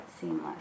seamless